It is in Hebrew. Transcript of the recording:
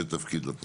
בני.